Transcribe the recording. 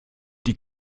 die